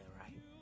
right